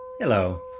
Hello